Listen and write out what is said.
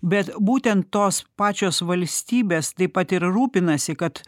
bet būtent tos pačios valstybės taip pat ir rūpinasi kad